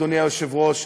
אדוני היושב-ראש,